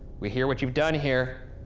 we hear what you've done here.